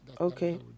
Okay